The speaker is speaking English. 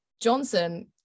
Johnson